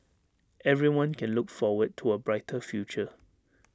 everyone can look forward to A brighter future